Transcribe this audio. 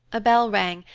bell rang,